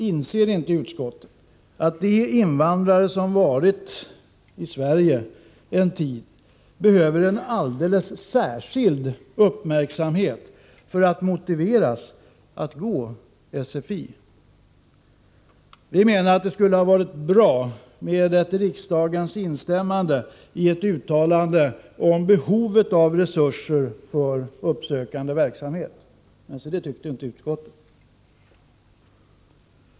Inser inte utskottet att de invandrare som varit i Sverige en tid behöver en alldeles särskild uppmärksamhet för att motiveras att gå på utbildning i SFI? Vi menar att det skulle vara bra med ett uttalande från riksdagens sida om behovet av resurser för uppsökande verksamhet, men det tyckte alltså inte utskottet.